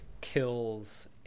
kills